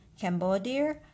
Cambodia